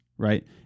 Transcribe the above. right